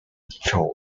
joe